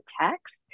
text